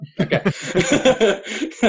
okay